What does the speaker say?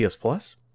plus